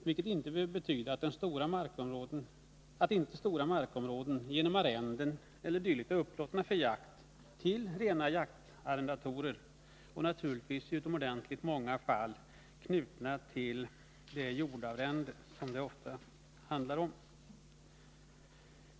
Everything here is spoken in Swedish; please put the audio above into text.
Det behöver inte betyda annat än att stora markområden genom arrenden e. d. upplåtits till rena jaktarrendatorer för jakt, och i utomordenligt många fall är de naturligtvis knutna till jordarrende.